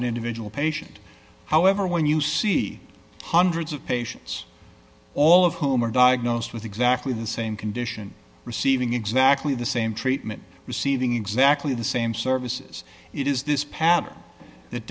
an individual patient however when you see hundreds of patients all of whom are diagnosed with exactly the same condition receiving exactly the same treatment receiving exactly the same services it is this pattern that